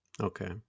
Okay